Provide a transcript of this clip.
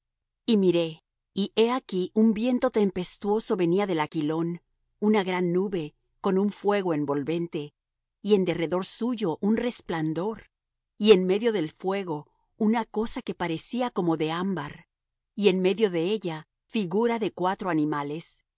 y miré y he aquí un viento tempestuoso venía del aquilón una gran nube con un fuego envolvente y en derredor suyo un resplandor y en medio del fuego una cosa que parecía como de ámbar y en medio de ella figura de cuatro animales